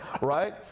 right